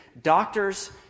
Doctors